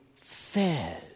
fed